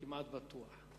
כמעט בטוח.